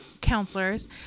counselors